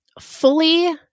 fully